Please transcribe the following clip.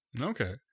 okay